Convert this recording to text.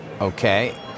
Okay